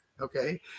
Okay